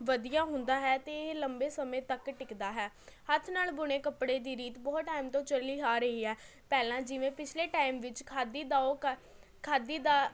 ਵਧੀਆ ਹੁੰਦਾ ਹੈ ਅਤੇ ਇਹ ਲੰਬੇ ਸਮੇਂ ਤੱਕ ਟਿਕਦਾ ਹੈ ਹੱਥ ਨਾਲ਼ ਬੁਣੇ ਕੱਪੜੇ ਦੀ ਰੀਤ ਬਹੁਤ ਟਾਈਮ ਤੋਂ ਚੱਲੀ ਆ ਰਹੀ ਹੈ ਪਹਿਲਾਂ ਜਿਵੇਂ ਪਿਛਲੇ ਟਾਈਮ ਵਿੱਚ ਖਾਦੀ ਦਾ ਉਹ ਕ ਖਾਦੀ ਦਾ